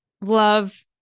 love